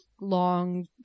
long